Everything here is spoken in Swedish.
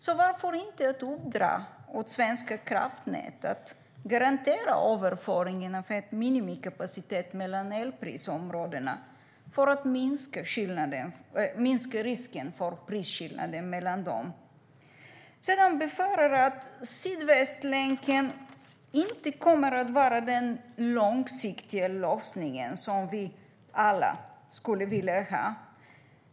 Så varför inte uppdra åt Svenska kraftnät att garantera överföringen av en minimikapacitet mellan elprisområdena för att minska risken för prisskillnader mellan dem? Sedan befarar jag att Sydvästlänken inte kommer att vara den långsiktiga lösning som vi alla skulle vilja ha.